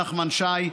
נחמן שי,